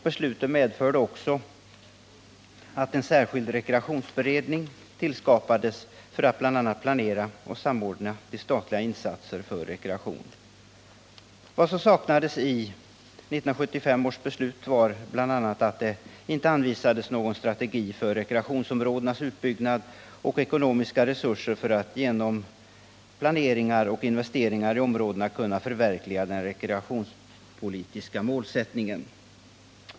Beslutet medförde också att en särskild rekreationsberedning tillsattes för att bl.a. planera och samordna de statliga insatserna för rekreation. Vad som saknades i 1975 års beslut var bl.a. att det inte anvisades någon strategi för rekreationsområdenas utbyggnad och ekonomiska resurser så att man genom planering och investeringar i områdena skulle kunna förverkliga den rekreationspolitiska målsättningen.